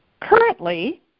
Currently